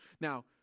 Now